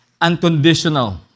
unconditional